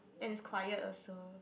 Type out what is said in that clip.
and it's quite also